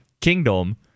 kingdom